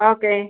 okay